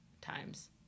times